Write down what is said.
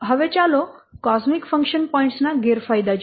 હવે ચાલો cosmic function points ના ગેરફાયદા જોઈએ